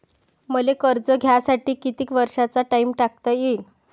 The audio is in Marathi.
मले कर्ज घ्यासाठी कितीक वर्षाचा टाइम टाकता येईन?